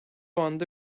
anda